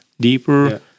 deeper